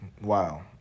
Wow